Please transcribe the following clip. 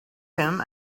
him